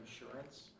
insurance